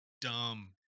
dumb